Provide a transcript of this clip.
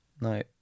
no